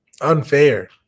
Unfair